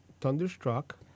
Thunderstruck